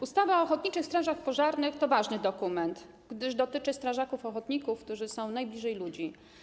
Ustawa o ochotniczych strażach pożarnych to ważny dokument, gdyż dotyczy strażaków ochotników, którzy są najbliżej ludzi.